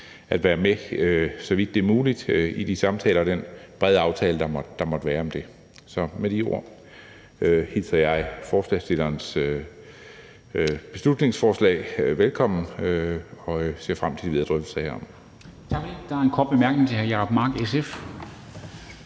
at være med, så vidt det er muligt, i de samtaler og i den brede aftale, der måtte være om det. Så med de ord hilser jeg forslagsstillernes beslutningsforslag velkommen, og jeg ser frem til de videre drøftelser herom.